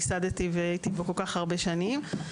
ייסדתי וגם עבדתי בו במשך שנים רבות.